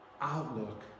outlook